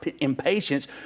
impatience